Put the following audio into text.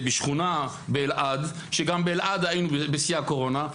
זה בשכונה באלעד שגם באלעד היינו בשיא הקורונה.